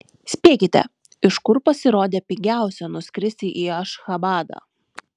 spėkite iš kur pasirodė pigiausia nuskristi į ašchabadą